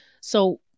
So-